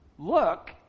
Look